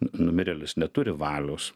numirėlis neturi valios